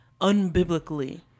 unbiblically